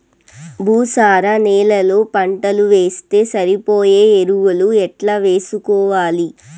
భూసార నేలలో పంటలు వేస్తే సరిపోయే ఎరువులు ఎట్లా వేసుకోవాలి?